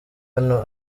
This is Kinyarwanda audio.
hano